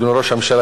אדוני ראש הממשלה,